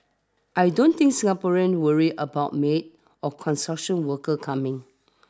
I don't think Singaporeans worry about maids or construction workers coming